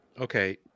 Okay